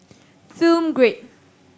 Film Grade